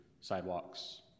sidewalks